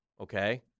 Okay